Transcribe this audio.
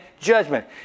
Judgment